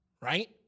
right